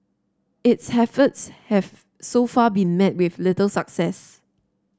its efforts have so far been met with little success